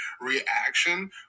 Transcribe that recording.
reaction